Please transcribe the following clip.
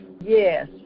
Yes